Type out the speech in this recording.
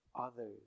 others